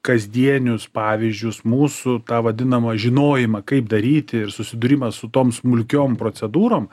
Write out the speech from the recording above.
kasdienius pavyzdžius mūsų tą vadinamą žinojimą kaip daryti ir susidūrimą su tom smulkiom procedūrom